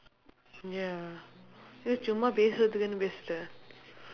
ya just சும்மா பேசுறத்துக்குன்னு பேசிட்டேன்:summaa peesuraththukkunnu peesitdeen